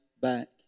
back